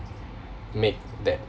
make that